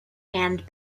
and